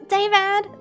David